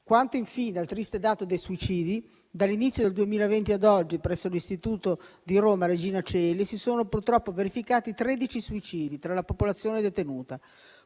Quanto, infine, al triste dato dei suicidi dall'inizio del 2020 ad oggi, presso l'istituto di Roma Regina Coeli si sono purtroppo verificati 13 suicidi tra la popolazione detenuta.